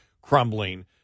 crumbling